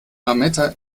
lametta